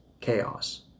chaos